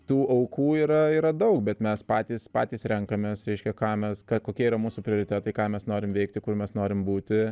tų aukų yra yra daug bet mes patys patys renkamės reiškia ką mes ką kokie yra mūsų prioritetai ką mes norimeveikti kur mes norim būti